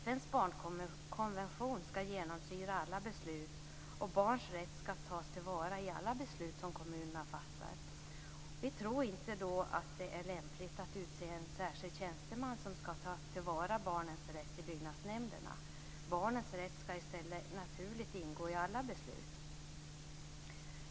FN:s barnkonvention skall genomsyra alla beslut, och barns rätt skall tas till vara i alla beslut som kommunerna fattar. Vi tror inte att det då är lämpligt att utse en särskild tjänsteman som skall ta till vara barnens rätt i byggnadsnämnderna. Barnens rätt skall i stället naturligt ingå i alla beslut.